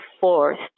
forced